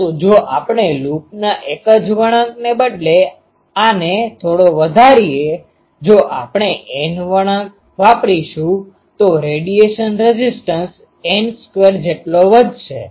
પરંતુ જો આપણે લૂપના એક જ વળાંકને બદલે આને થોડો વધારીએ જો આપણે N વળાંક વાપરીશું તો રેડિયેશન રેઝિસ્ટન્સ N2 જેટલો વધશે